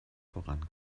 voran